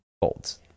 folds